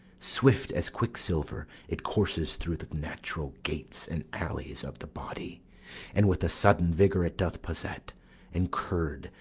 swift as quicksilver, it courses through the natural gates and alleys of the body and with a sudden vigour it doth posset and curd,